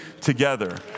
together